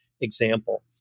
example